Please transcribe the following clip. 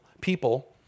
people